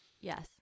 Yes